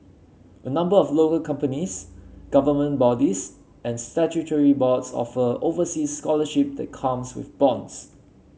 a number of local companies government bodies and statutory boards offer overseas scholarship that comes with bonds